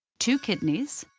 two kidneys,